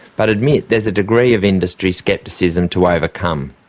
but admit there is a degree of industry scepticism to overcome,